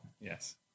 Yes